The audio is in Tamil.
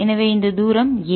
எனவே இந்த தூரம் a